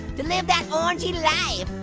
to live that orangey-life.